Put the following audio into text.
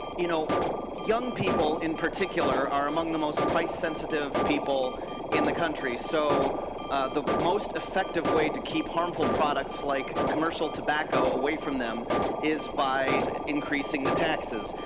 you know young people in particular are among the most price-sensitive people in the country. so the most effective way to keep harmful products like commercial tobacco ah way from them is by increasing the taxes.